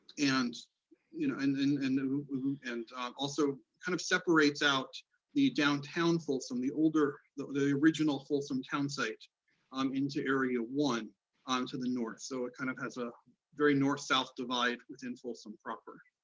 and you know and and and and also kind of separates out the downtown folsom, the older, the the original folsom town site um into area one um to the north. so it kind of has a very north-south divide within folsom proper.